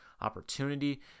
opportunity